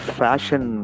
fashion